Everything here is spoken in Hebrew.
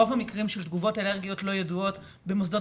רוב המקרים של תגובות אלרגיות לא ידועות במוסדות